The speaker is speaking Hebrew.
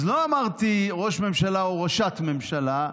אז לא אמרתי: ראש ממשלה או ראשת ממשלה.